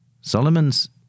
Solomon's